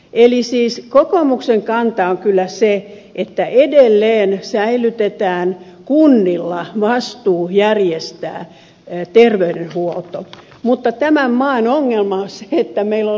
eli kokoomuksen kanta on kyllä se että edelleen säilytetään kunnilla vastuu järjestää terveydenhuolto mutta tämän maan ongelma on se että meillä on liikaa kuntia